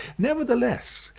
nevertheless,